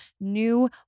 new